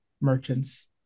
merchants